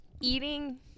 eating